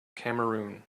cameroon